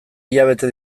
hilabete